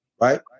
Right